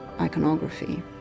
iconography